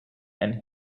and